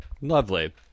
lovely